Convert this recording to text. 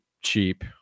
cheap